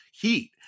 Heat